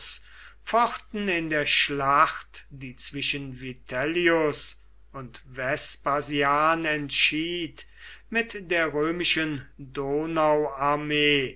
fochten in der schlacht die zwischen vitellius und vespasian entschied mit der römischen